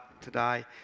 today